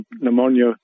pneumonia